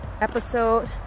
episode